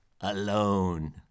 alone